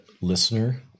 listener